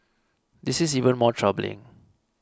this is even more troubling